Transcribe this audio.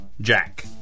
Jack